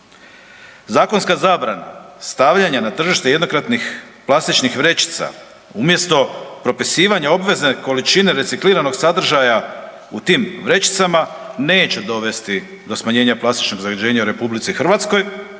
Zakonska zabrana stavljanja na tržište jednokratnih plastičnih vrećica umjesto propisivanja obvezne količine recikliranog sadržaja u tim vrećicama neće dovesti do smanjenja plastičnog zagađenja u RH, nego samo